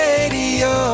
Radio